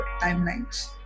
timelines